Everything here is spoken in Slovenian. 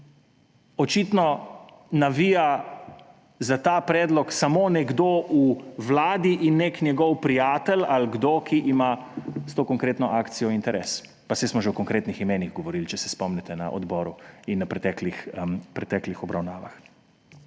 Očitno navija za ta predlog samo nekdo v vladi in nek njegov prijatelj ali kdo, ki ima s to konkretno akcijo interes, pa saj smo že o konkretnih imenih govorili, če se spomnite, na odboru in na preteklih obravnavah.